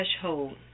threshold